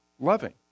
loving